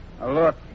Look